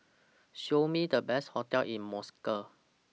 Show Me The Best hotels in Moscow